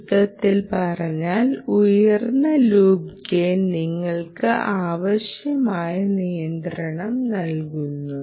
ചുരുക്കത്തിൽ പറഞ്ഞാൽ ഉയർന്ന ലൂപ്പ് ഗെയിൻ നിങ്ങൾക്ക് ആവശ്യമായ നിയന്ത്രണം നൽകുന്നു